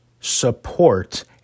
support